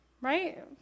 right